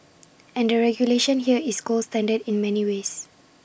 and the regulation here is gold standard in many ways